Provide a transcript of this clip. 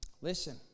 listen